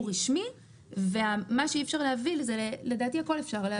רשמי ומה שאי אפשר להביא לדעתי הכול אפשר להביא.